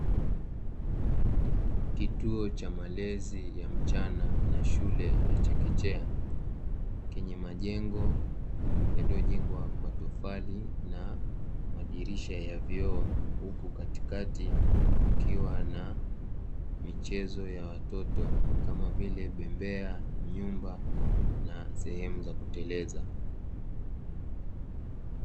Kituo cha malezi ya mchana na shule ya chekechea, chenye majengo yaliyojengwa kwa tofali na madirisha ya vioo, huku katikati kukiwa na michezo ya watoto kama vile bembea, nyumba na sehemu za kuteleza.